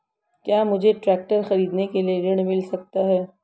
क्या मुझे ट्रैक्टर खरीदने के लिए ऋण मिल सकता है?